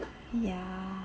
ya